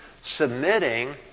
submitting